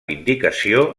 indicació